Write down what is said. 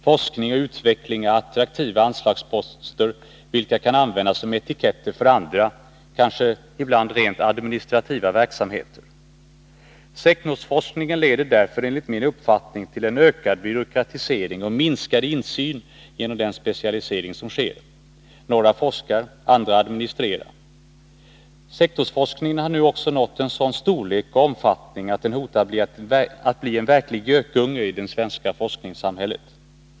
Forskning och utveckling är attraktiva anslagsposter, vilka kan användas som etiketter för andra, ibland kanske rent administrativa verksamheter. Sektorsforskningen leder därför enligt min uppfattning till en ökad byråkratisering och minskad insyn genom den specialisering som sker. Några forskar och andra administrerar. Sektorsforskningen har nu också nått en Nr 72 sådan storlek och omfattning att den hotar att bli en verklig gökunge i det Onsdagen den svenska forskningssamhället.